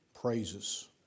praises